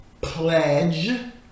pledge